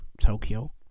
Tokyo